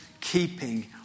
keeping